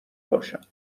باشن